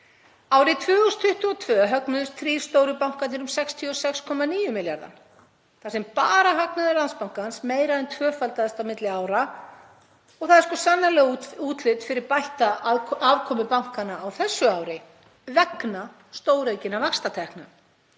Árið 2022 högnuðust þrír stóru bankarnir um 66,9 milljarða þar sem bara hagnaður Landsbankans meira en tvöfaldaðist á milli ára og það er sko sannarlega útlit fyrir bætta afkomu bankanna á þessu ári vegna stóraukinna vaxtatekna.